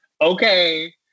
okay